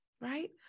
right